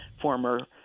former